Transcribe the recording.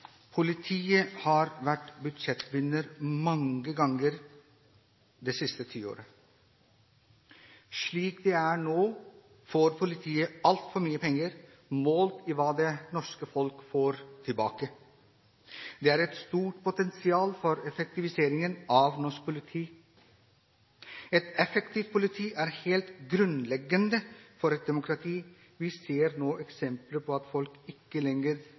har vært budsjettvinner mange ganger det siste tiåret.» «Slik det er nå får politiet altfor mye penger, målt mot hva det norske folk får tilbake.» «Det er et stort potensial for effektivisering av norsk politi.» «Et effektivt politi er helt grunnleggende for et demokrati. Vi ser nå eksempler på at folk ikke lenger